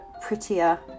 prettier